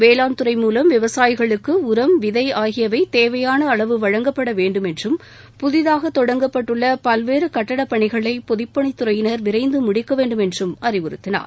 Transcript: வேளாண் துறை மூலம் விவசாயிகளுக்கு உரம் விதை ஆகியவை தேவையான அளவு வழங்கப்பட வேண்டும் என்றும் புதிதாக தொடங்கப்பட்டுள்ள பல்வேறு கட்டடப்பணிகளை பொதுப்பணித்துறையினர் விரைந்து முடிக்க வேண்டும் என்றும் அறிவுறுத்தினார்